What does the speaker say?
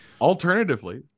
alternatively